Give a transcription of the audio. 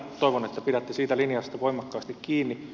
toivon että pidätte siitä linjasta voimakkaasti kiinni